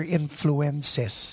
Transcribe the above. influences